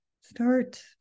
Start